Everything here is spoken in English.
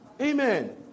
Amen